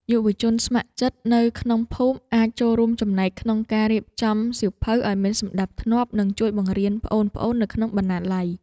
យុវជនស្ម័គ្រចិត្តនៅក្នុងភូមិអាចចូលរួមចំណែកក្នុងការរៀបចំសៀវភៅឱ្យមានសណ្តាប់ធ្នាប់ និងជួយបង្រៀនប្អូនៗនៅក្នុងបណ្ណាល័យ។